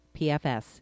PFS